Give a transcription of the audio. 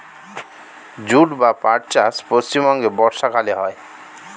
jute বা পাট চাষ পশ্চিমবঙ্গে বর্ষাকালে হয়